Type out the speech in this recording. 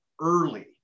early